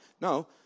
No